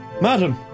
Madam